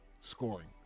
scoring